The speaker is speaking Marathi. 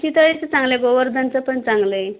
चितळेचं चांगलं आहे गोवर्धनचं पण चांगलं आहे